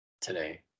today